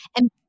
And-